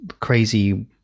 crazy